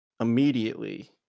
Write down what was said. immediately